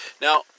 Now